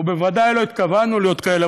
ובוודאי לא התכוונו להיות כאלה.